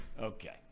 okay